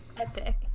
Epic